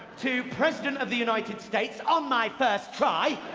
to president of the united states on my first try.